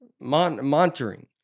Monitoring